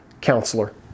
Counselor